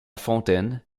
fontaine